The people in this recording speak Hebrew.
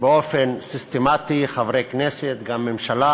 באופן סיסטמטי: חברי הכנסת והממשלה